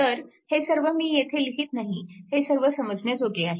तर हे सर्व मी येथे लिहीत नाही हे सर्व समजण्याजोगे आहे